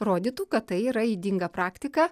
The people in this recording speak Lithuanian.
rodytų kad tai yra ydinga praktika